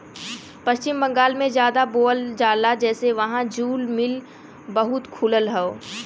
पश्चिम बंगाल में जादा बोवल जाला जेसे वहां जूल मिल बहुते खुलल हौ